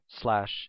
slash